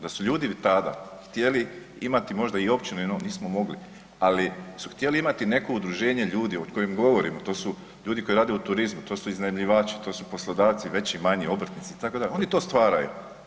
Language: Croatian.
Da su ljudi tada htjeli imati i općinu no nism mogli, ali su htjeli imati neko udruženje ljudi o kojim govorimo, to su ljudi koji rade u turizmu, to su iznajmljivači, to su poslodavci, veći manji obrtnici i tako da oni to stvaraju.